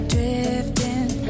Drifting